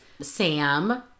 Sam